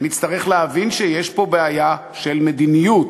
נצטרך להבין שיש פה בעיה של מדיניות,